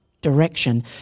direction